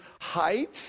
height